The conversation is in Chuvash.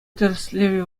тӗрӗслевӗ